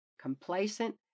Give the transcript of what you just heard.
complacent